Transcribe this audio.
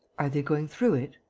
are they going through it?